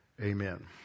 amen